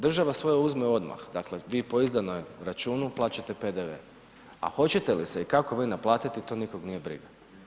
Država svoje uzme odmah, dakle vi po izdanom računu plaćate PDV, a hoćete li se i kako vi naplatiti to nikog nije briga.